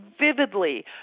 vividly